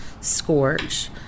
scorch